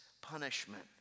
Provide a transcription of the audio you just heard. punishment